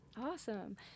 Awesome